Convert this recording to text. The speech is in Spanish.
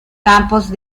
campos